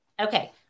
Okay